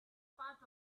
part